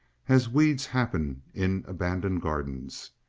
as weeds happen in abandoned gardens,